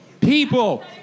people